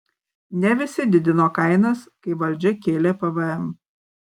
ne visi didino kainas kai valdžia kėlė pvm